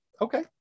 Okay